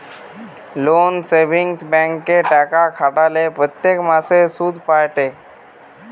লোক সেভিংস ব্যাঙ্কে টাকা খাটালে প্রত্যেক মাসে সুধ পায়েটে